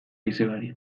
izebari